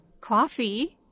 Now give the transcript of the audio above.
Coffee